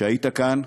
כשהיית כאן,